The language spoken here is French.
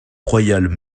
royale